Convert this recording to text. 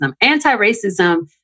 Anti-racism